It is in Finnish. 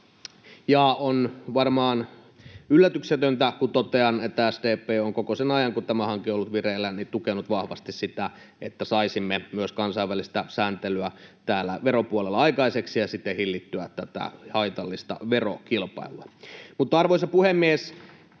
Ja on varmaan yllätyksetöntä, kun totean, että SDP on koko sen ajan, kun tämä hanke on ollut vireillä, tukenut vahvasti sitä, että saisimme myös kansainvälistä sääntelyä täällä veropuolella aikaiseksi ja siten hillittyä tätä haitallista verokilpailua. Mutta, arvoisa puhemies,